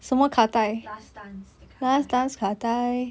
last dance 的卡带